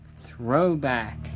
throwback